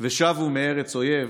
ושבו מארץ אויב".